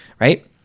Right